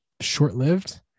short-lived